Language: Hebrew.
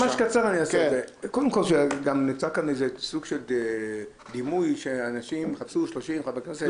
נוצר כאן סוג של דימוי ש-30 חברי כנסת יחפשו.